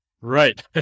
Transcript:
Right